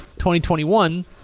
2021